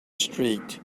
street